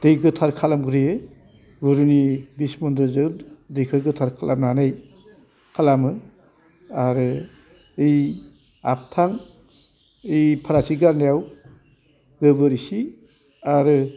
दै गोथार खालामग्रोयो गुरुनि बिसमन्दिरजों दैखौ गोथार खालामनानै खालामो आरो ओइ आबथां ओइ फारासि गारनायाव गोबोर इसे आरो